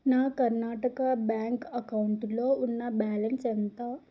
నా కర్ణాటక బ్యాంక్ అకౌంటులో ఉన్న బ్యాలన్స్ ఎంత